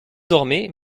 dormaient